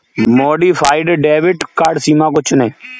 modified debit card सीमा को चुनें